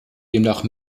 demnach